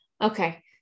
okay